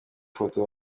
foto